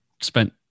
spent